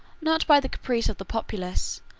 not by the caprice of the populace,